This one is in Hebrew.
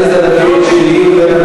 חברת הכנסת עליזה לביא רוצה להשיב.